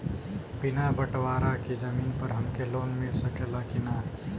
बिना बटवारा के जमीन पर हमके लोन मिल सकेला की ना?